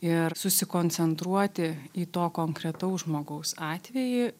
ir susikoncentruoti į to konkretaus žmogaus atvejį